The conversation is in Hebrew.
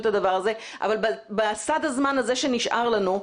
את הדבר הזה אבל בסד הזמן הזה שנשאר לנו,